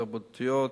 תרבותיות,